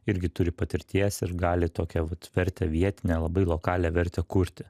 irgi turi patirties ir gali tokią vat vertę vietinę labai lokalią vertę kurti